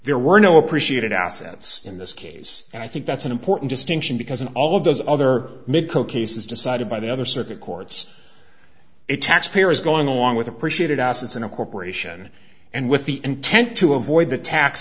there were no appreciated assets in this case and i think that's an important distinction because in all of those other mid coke aces decided by the other circuit courts a taxpayer is going along with appreciated assets in a corporation and with the intent to avoid the tax